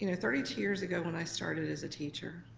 you know thirty two years ago when i started as a teacher,